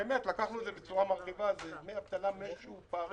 לקחנו את זה בצורה מרחיבה ואלה דמי אבטלה משופרים.